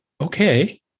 okay